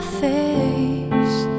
face